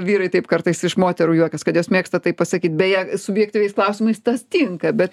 vyrai taip kartais iš moterų juokiasi kad jos mėgsta tai pasakyti beje subjektyviais klausimais tas tinka bet